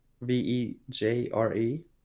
V-E-J-R-E